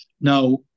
Now